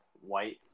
white